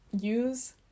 use